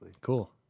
Cool